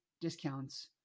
discounts